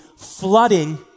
flooding